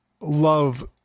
love